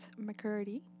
McCurdy